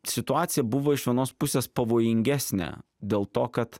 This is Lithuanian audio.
situacija buvo iš vienos pusės pavojingesnė dėl to kad